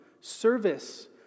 service